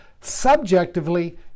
Subjectively